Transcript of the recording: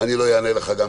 גם לך אני לא אענה על זה,